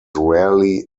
rarely